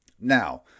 Now